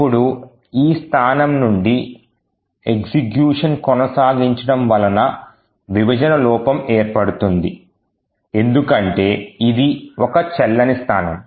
ఇప్పుడు ఈ స్థానం నుండి ఎగ్జిక్యూట్ కొనసాగించడం వలన విభజన లోపం ఏర్పడుతుంది ఎందుకంటే ఇది ఒక చెల్లని స్థానం